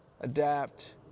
adapt